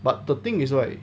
but the thing is right